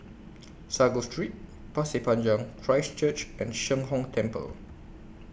Sago Street Pasir Panjang Christ Church and Sheng Hong Temple